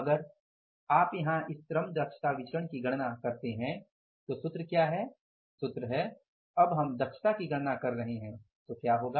और अगर आप यहां इस श्रम दक्षता विचरण की गणना करते हैं तो सूत्र क्या है सूत्र है अब हम दक्षता की गणना कर रहे हैं तो क्या होगा